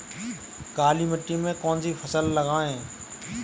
काली मिट्टी में कौन सी फसल लगाएँ?